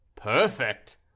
Perfect